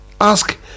Ask